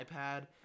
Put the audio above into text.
iPad